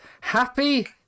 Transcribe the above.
Happy